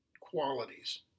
qualities